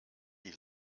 die